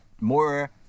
more